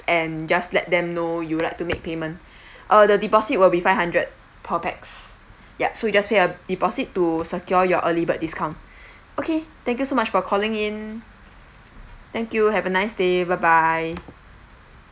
and just let them know you would like to make payment uh the deposit will be five hundred per pax ya so you just pay a deposit to secure your early bird discount okay thank you so much for calling in thank you have a nice day bye bye